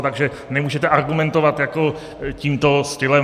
Takže nemůžete argumentovat jako tímto stylem.